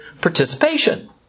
participation